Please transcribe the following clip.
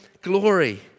glory